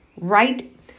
right